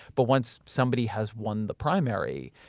but once somebody has won the primary,